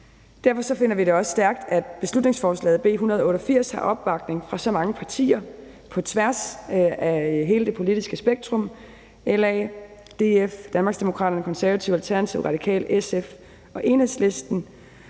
Derfor finder vi det også stærkt, at beslutningsforslaget B 188 har opbakning fra så mange partier på tværs af hele det politiske spektrum – fra LA, DF, Danmarksdemokraterne, De Konservative, Alternativet, Radikale til SF og Enhedslisten.